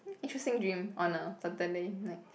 interesting dream on a Saturday night